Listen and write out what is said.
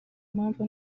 mpamvu